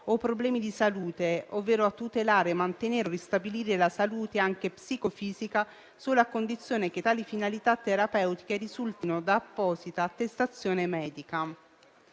problemi di salute ovvero a tutelare, mantenere o ristabilire la salute anche psicofisica, solo a condizione che tali finalità terapeutiche risultino da apposita attestazione medica.